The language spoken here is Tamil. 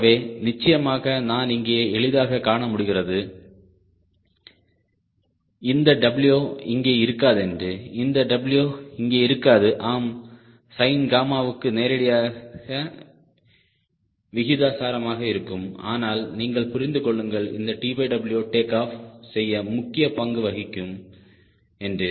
ஆகவே நிச்சயமாக நான் இங்கே எளிதாகக் காண முடிகிறது இந்த W இங்கே இருக்காது என்று இந்த W இங்கே இருக்காது ஆம் சைன் காமாவுக்கு நேரடியாக விகிதாசாரமாக இருக்கும் ஆனால் நீங்கள் புரிந்து கொள்ளுங்கள் இந்த TW டேக் ஆஃப் செய்ய முக்கிய பங்கு வகிக்கும் என்று